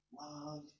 love